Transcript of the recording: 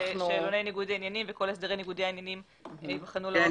שאלוני ניגוד עניינים וכל הסדרי ניגודי העניינים ייבחנו לעומק.